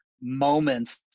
moments